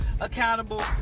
accountable